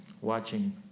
watching